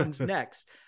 next